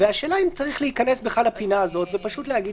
והשאלה אם צריך להיכנס בכלל לפינה הזו ולא פשוט להגיד